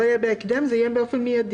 שזה לא יהיה "בהקדם" אלא "באופן מיידי".